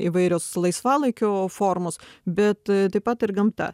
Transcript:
įvairios laisvalaikio formos bet taip pat ir gamta